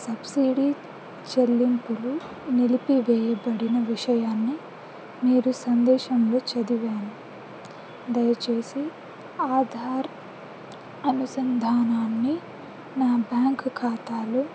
subsidy చెల్లింపులు నిలిపివేయబడిన విషయాన్ని మీరు సందేశంలో చదివాను దయచేసి ఆధార్ అనుసంధానాన్ని నా బ్యాంక్ ఖాతాలో